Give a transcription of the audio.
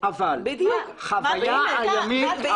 אבל יש את החוויה הימית.